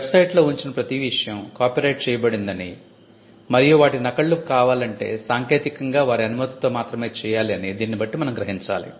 వెబ్సైట్లో ఉంచిన ప్రతీ విషయం కాపీరైట్ చేయబడిందని మరియు వాటి నకళ్ళు కావాలంటే సాంకేతికంగా వారి అనుమతితో మాత్రమే చేయాలి అని దీనిని బట్టి మనం గ్రహించాలి